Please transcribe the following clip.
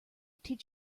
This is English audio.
teach